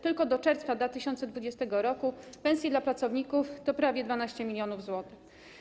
Tylko do czerwca 2020 r. pensje dla pracowników to prawie 12 mln zł.